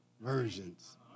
versions